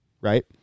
right